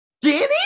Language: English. Danny